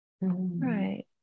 right